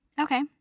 Okay